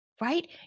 right